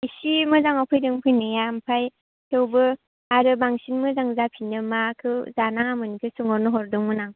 इसे मोजाङाव फैदों फैनाया ओमफाय थेवबो आरो बांसिन मोजां जाफिननो माखौ जानाङामोन बेखौ सोंहरनो हरदोंमोन आं